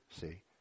see